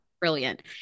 brilliant